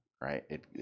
right